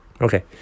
Okay